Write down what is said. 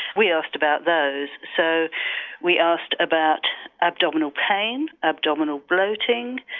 we asked about those so we asked about abdominal pain, abdominal bloating,